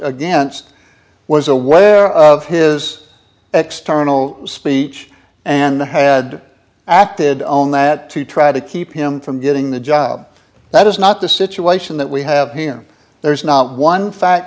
against was aware of his external speech and had acted on that to try to keep him from getting the job that is not the situation that we have him there's not one fa